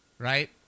right